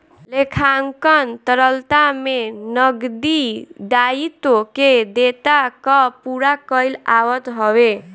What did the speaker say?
लेखांकन तरलता में नगदी दायित्व के देयता कअ पूरा कईल आवत हवे